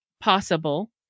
Possible